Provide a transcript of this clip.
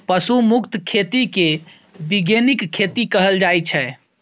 पशु मुक्त खेती केँ बीगेनिक खेती कहल जाइ छै